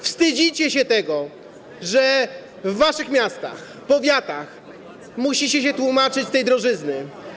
Wstydzicie się tego, że w waszych miastach, powiatach musicie się tłumaczyć z drożyzny.